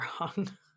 wrong